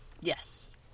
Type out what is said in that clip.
Yes